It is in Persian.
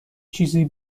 چیزی